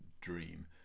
dream